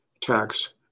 tax